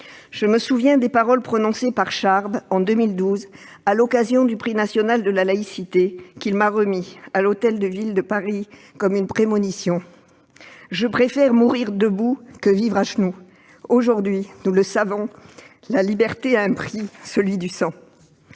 Je me souviens des paroles prononcées par Charb, en 2012, à l'occasion de la cérémonie du prix national de la Laïcité, qu'il me remettait à l'hôtel de ville de Paris, comme une prémonition :« Je préfère mourir debout que vivre à genoux. » Aujourd'hui, nous le savons, la liberté a un prix, celui du sang.